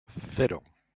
cero